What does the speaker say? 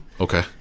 Okay